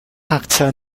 ngakchia